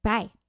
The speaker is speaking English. Bye